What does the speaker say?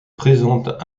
présente